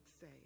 say